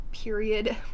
period